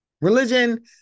religion